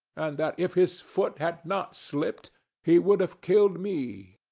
and that if his foot had not slipped he would have killed me.